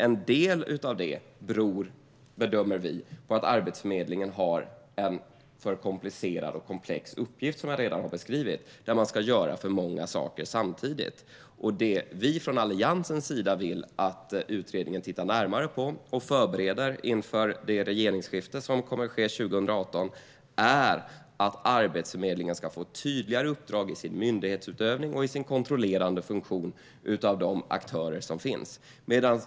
En del av detta bedömer vi beror på att Arbetsförmedlingen har en för komplicerad och komplex uppgift, som jag redan har beskrivit, där man ska göra för många saker samtidigt. Alliansen vill att utredningen ska titta närmare på och inför regeringsskiftet 2018 förbereda att Arbetsförmedlingen ska få ett tydligare uppdrag i sin myndighetsutövning och i sin kontrollerande funktion av de aktörer som finns.